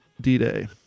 D-Day